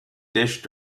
dish